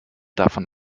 davon